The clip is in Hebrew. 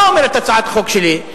מה אומרת הצעת החוק שלי?